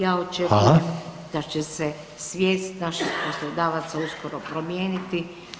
Ja očekujem da će se [[Upadica: Hvala.]] svijest naših poslodavaca uskoro promijeniti.